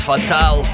Fatal